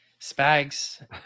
spags